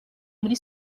muri